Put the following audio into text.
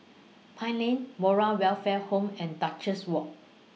Pine Lane Moral Welfare Home and Duchess Walk